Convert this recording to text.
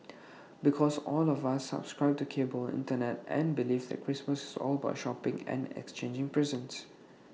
because all of us subscribe to cable Internet and belief that Christmas is all about shopping and exchanging presents